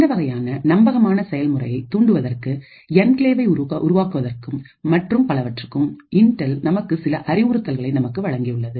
இந்த வகையான நம்பகமான செயல்முறையை தூண்டுவதற்கும் என்கிளேவை உருவாக்குவதற்கும் மற்றும் பலவற்றுக்கும் இன்டெல் நமக்கு சில அறிவுறுத்தல்களை நமக்கு வழங்கியுள்ளது